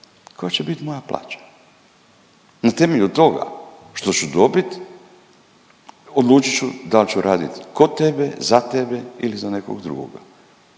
koja će bit moja plaća, na temelju toga što ću dobit, odlučit ću da li ću radit kod tebe, za tebe ili za nekog drugog.